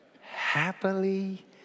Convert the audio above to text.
happily